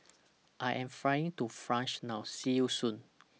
I Am Flying to France now See YOU Soon